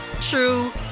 true